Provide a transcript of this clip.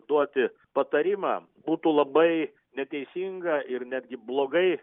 duoti patarimą būtų labai neteisinga ir netgi blogai